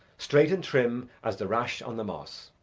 straight and trim as the rash on the moss.